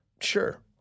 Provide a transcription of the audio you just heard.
Sure